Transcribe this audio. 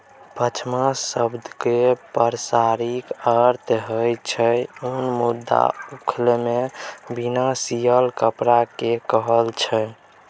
पाश्म शब्दक पारसी अर्थ होइ छै उन मुदा लद्दाखीमे बिना सियल कपड़ा केँ कहय छै